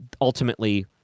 ultimately